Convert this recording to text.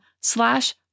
slash